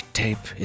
tape